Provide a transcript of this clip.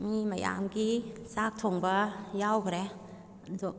ꯃꯤ ꯃꯌꯥꯝꯒꯤ ꯆꯥꯛ ꯊꯣꯡꯕ ꯌꯥꯎꯈꯔꯦ ꯑꯗꯣ